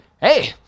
hey